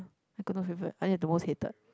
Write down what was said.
I got no favourite I think the most hated